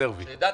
להתבטא לבד.